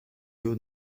you